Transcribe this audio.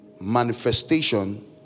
manifestation